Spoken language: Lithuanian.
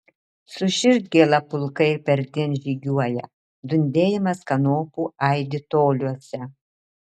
su širdgėla pulkai perdien žygiuoja dundėjimas kanopų aidi toliuose